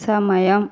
సమయం